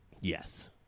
Yes